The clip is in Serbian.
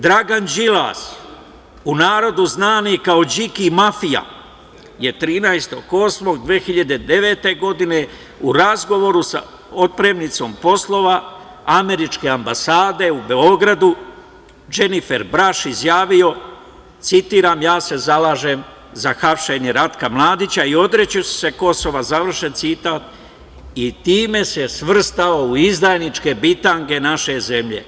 Dragan Đilas, u narodu znani kao „Điki mafija“, je 13.08.2009. godine u razgovoru sa otpremnicom poslova Američke ambasade u Beogradu Dženifer Braš izjavio, citiram: „Ja se zalažem za hapšenje Ratka Mladića i odreći ću se Kosova“, i time se svrstao u izdajničke bitange naše zemlje.